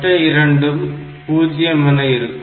மற்ற இரண்டும் 0 என இருக்கும்